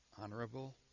honorable